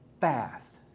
fast